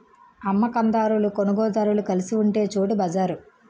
అమ్మ కందారులు కొనుగోలుదారులు కలిసి ఉండే చోటు బజారు